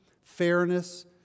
fairness